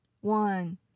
one